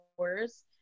hours